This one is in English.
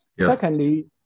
Secondly